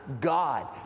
God